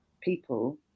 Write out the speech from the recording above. people